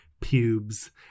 pubes